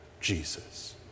Jesus